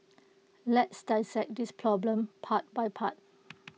let's dissect this problem part by part